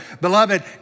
Beloved